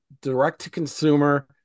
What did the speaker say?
direct-to-consumer